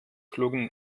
klugen